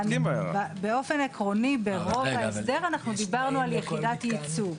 באופן עקרוני, ברוב ההסדר דיברנו על יחידת ייצור.